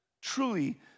truly